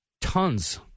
tons